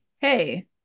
hey